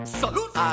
salute